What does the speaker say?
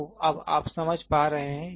तो अब आप समझ पा रहे हैं